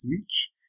switch